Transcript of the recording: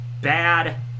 bad